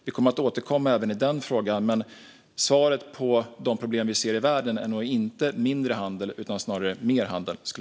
Vi kommer att återkomma även i den frågan, men svaret på de problem vi ser i världen är nog inte mindre handel utan snarare mer handel.